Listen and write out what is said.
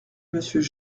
monsieur